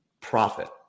profit